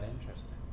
interesting